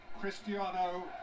Cristiano